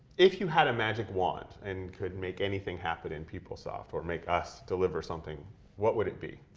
if you had a magic wand and could make anything happen in peoplesoft or make us deliver something what would it be?